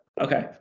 Okay